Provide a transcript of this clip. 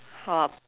hop